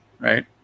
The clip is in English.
right